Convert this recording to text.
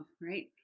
right